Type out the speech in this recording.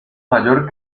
mayor